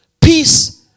peace